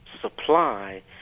supply